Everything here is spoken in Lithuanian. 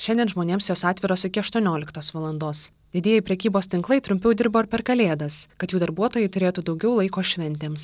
šiandien žmonėms jos atviros iki aštuonioliktos valandos didieji prekybos tinklai trumpiau dirba ir per kalėdas kad jų darbuotojai turėtų daugiau laiko šventėms